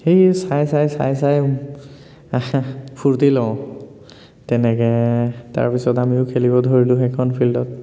সেই চাই চাই চাই চাই ফূৰ্তি লওঁ তেনেকৈ তাৰ পিছত আমিও খেলিব ধৰিলোঁ সেইখন ফিল্ডত